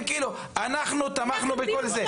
אנחנו תמכנו בכל זה.